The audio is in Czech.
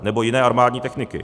Nebo jiné armádní techniky.